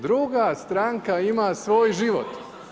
Druga stranka ima svoj život.